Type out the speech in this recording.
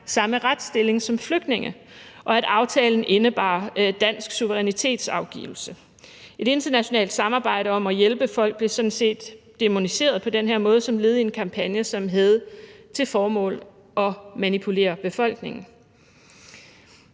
samme retsstilling som flygtninge, og at aftalen indebar dansk suverænitetsafgivelse. Et internationalt samarbejde om at hjælpe folk blev sådan set dæmoniseret på den her måde som led i en kampagne, som havde til formål at manipulere befolkningen.